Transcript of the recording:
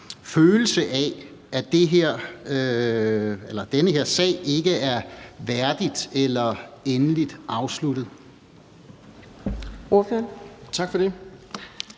følelse af, at den her sag ikke er værdigt eller endeligt afsluttet?